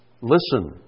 Listen